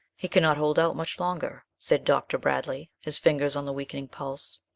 he cannot hold out much longer, said dr. bradley, his fingers on the weakening pulse,